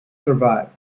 survived